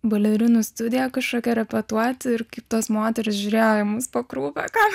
balerinų studiją kažkokią repetuoti ir kaip tos moterys žiūrėjo į mus pakraupę ką